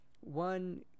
one